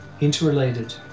Interrelated